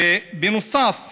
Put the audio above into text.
נוסף